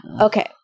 Okay